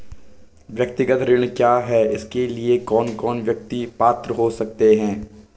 व्यक्तिगत ऋण क्या है इसके लिए कौन कौन व्यक्ति पात्र हो सकते हैं?